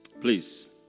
Please